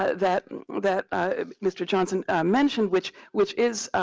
ah that that mr. johnson mentioned which which is